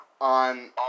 on